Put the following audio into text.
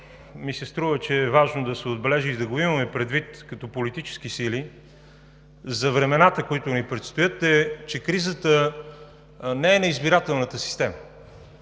ми се струва, че е важно да се отбележи и да го имаме предвид като политически сили за времената, които ни предстоят, е, че кризата не е на избирателната система,